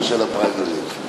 פריימריז?